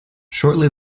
shortly